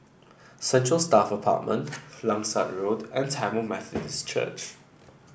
Central Staff Apartment Langsat Road and Tamil Methodist Church